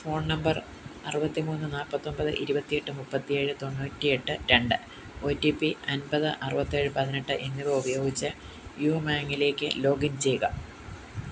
phone number അറുപത്തിമൂന്ന് നാൽപ്പത്തൊമ്പത് ഇരുപത്തിയെട്ട് മുപ്പത്തേഴ് തൊണ്ണൂറ്റി എട്ട് രണ്ട് ഒ റ്റി പി അൻപത് അറുപത്തേഴ് പതിനെട്ട് എന്നിവ ഉപയോഗിച്ച് യുമാങ്ങിലേക്ക് ലോഗിൻ ചെയ്യുക